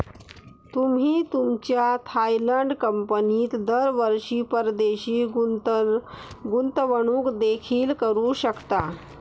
तुम्ही तुमच्या थायलंड कंपनीत दरवर्षी परदेशी गुंतवणूक देखील करू शकता